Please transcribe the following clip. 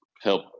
help